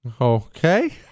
Okay